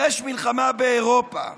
יש מלחמה באירופה,